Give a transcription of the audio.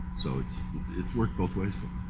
so it's it's worked both ways.